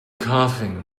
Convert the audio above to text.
coughing